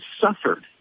suffered